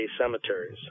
cemeteries